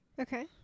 okay